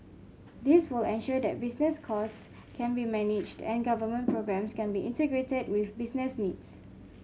this will ensure that business cost can be managed and government programmes can be integrated with business needs